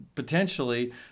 Potentially